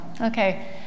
Okay